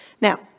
Now